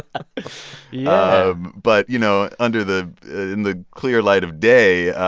ah yeah um but you know, under the in the clear light of day,